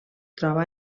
troba